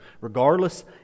regardless